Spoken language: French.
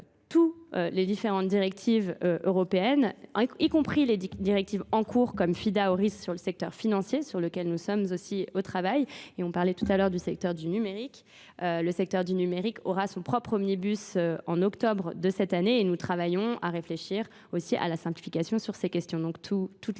tous les différentes directives européennes, y compris les directives en cours comme FIDA au risque sur le secteur financier, sur lequel nous sommes aussi au travail. Et on parlait tout à l'heure du secteur du numérique. Le secteur du numérique aura son propre omnibus en octobre de cette année et nous travaillons à réfléchir aussi à la simplification sur ces questions. Donc toutes les